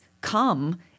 come